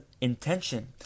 intention